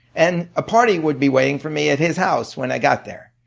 and a party would be waiting for me at his house when i got there.